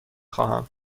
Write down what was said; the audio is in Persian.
خواهم